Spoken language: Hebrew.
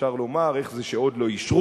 אפשר לומר: איך זה שעוד לא אישרו?